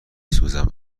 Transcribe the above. سوزم